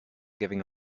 giving